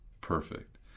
perfect